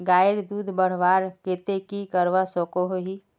गायेर दूध बढ़वार केते की करवा सकोहो ही?